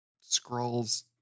Scrolls